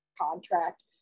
contract